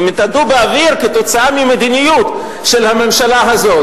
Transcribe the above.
הן התאדו באוויר כתוצאה ממדיניות של הממשלה הזאת.